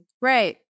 Right